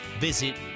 visit